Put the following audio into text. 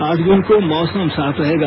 आठ जून को मौसम साफ रहेगा